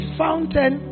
fountain